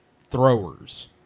throwers